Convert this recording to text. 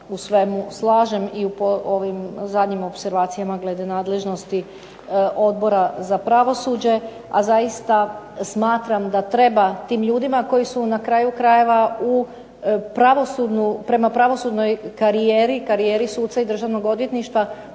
u svemu slažem i po ovim zadnjim opservacijama glede nadležnosti Odbora za pravosuđe. A zaista smatram da treba tim ljudima koji su na kraju krajeva prema pravosudnoj karijeri, karijeri suca i državnog odvjetnika